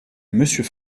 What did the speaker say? monsieur